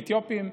אתיופים.